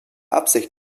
absicht